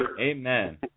Amen